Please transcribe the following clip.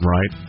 Right